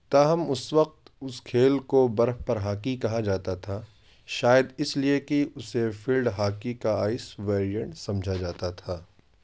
تاہم اس وقت اس کھیل کو برف پر ہاکی کہا جاتا تھا شاید اس لیے کہ اسے فیلڈ ہاکی کا آئس ویرینٹ سمجھا جاتا تھا